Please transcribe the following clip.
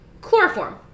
chloroform